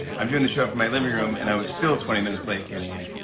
i'm doing the show from my living room, and i was still twenty minutes late getting in.